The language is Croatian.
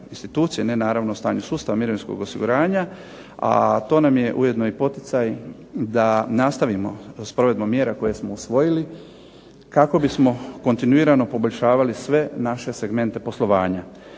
ne naravno o stanju sustava mirovinskog osiguranja, a to nam je ujedno i poticaj da nastavimo s provedbom mjera koje smo usvojili, kako bismo kontinuirano poboljšavali sve naše segmente poslovanja.